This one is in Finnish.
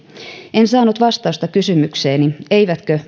en saanut vastausta kysymykseeni eivätkö